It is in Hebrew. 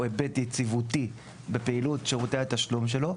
היבט יציבותי בפעילות שירותי התשלום שלו,